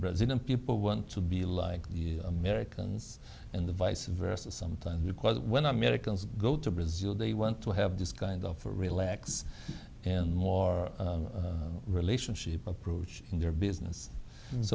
n people want to be like the americans and the vice versa sometimes because when americans go to brazil they want to have this kind of relax and more relationship approach in their business i